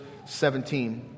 17